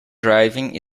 driving